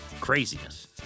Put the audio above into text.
craziness